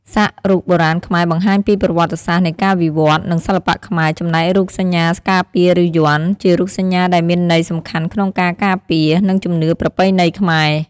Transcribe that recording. សាក់រូបបុរាណខ្មែរបង្ហាញពីប្រវត្តិសាស្ត្រនៃការវិវត្តន៍ និងសិល្បៈខ្មែរ ចំណែករូបសញ្ញាការពារឬយ័ន្ត ជារូបសញ្ញាដែលមានន័យសំខាន់ក្នុងការការពារ និងជំនឿប្រពៃណីខ្មែរ។